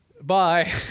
Bye